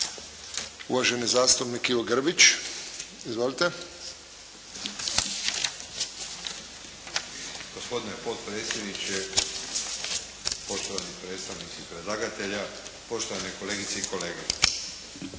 Uvaženi zastupnik Ivo Grbić. Izvolite. **Grbić, Ivo (HDZ)** Gospodine potpredsjedniče, poštovani predstavnici predlagatelja, poštovane kolegice i kolege.